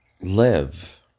live